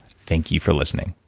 thank you for listening